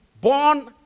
Born